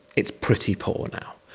it's pretty poor now.